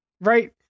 Right